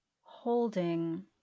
holding